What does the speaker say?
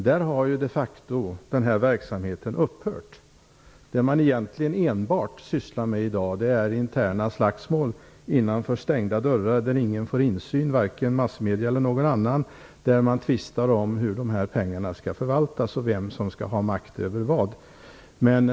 Där har den här verksamheten de facto upphört. Vad man egentligen enbart sysslar med i dag är interna slagsmål innanför stängda dörrar. Ingen får insyn där, vare sig massmedier eller någon annan. Man tvistar om hur de här pengarna skall förvaltas och vem som skall ha makt över vad.